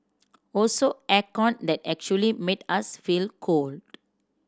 also air con that actually made us feel cold